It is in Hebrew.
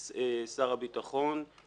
במשרד המשפטים ובמשרד האוצר.